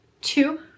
two